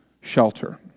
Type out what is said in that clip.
shelter